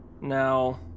Now